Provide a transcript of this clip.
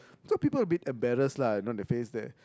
so people will be embarrassed lah you know the face there